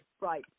right